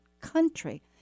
Country